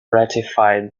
ratified